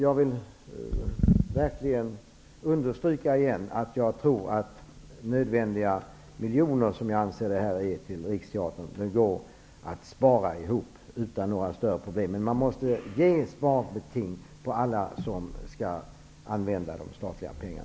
Jag vill verkligen understryka att de nödvändiga miljonerna till Riksteatern går att spara ihop utan några större problem. Men man måste fastställa sparbeting för alla som skall använda statliga pengar.